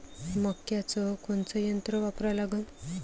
मक्याचं कोनचं यंत्र वापरा लागन?